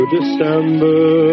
December